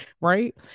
right